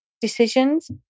decisions